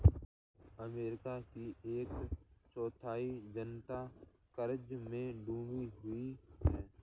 America की एक चौथाई जनता क़र्ज़ में डूबी हुई है